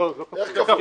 לא, זה לא כפול.